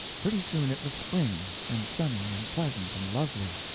pretty soon it was spring, and sunny and pleasant and lovely,